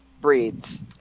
breeds